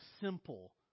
simple